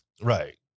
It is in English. Right